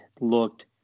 looked